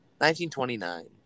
1929